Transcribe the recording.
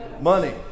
money